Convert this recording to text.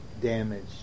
damaged